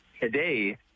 Today